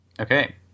okay